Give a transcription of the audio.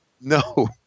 No